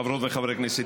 חברות וחברי הכנסת,